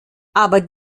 aber